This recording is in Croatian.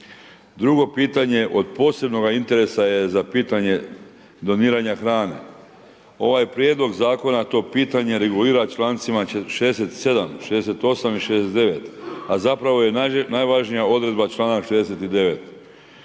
Drugo pitanje od posebnog interesa je pitanje doniranja hrane. Ovaj Prijedlog Zakona to pitanje regulira člancima 67., 68. i 69., a zapravo je najvažnija odredba čl. 69.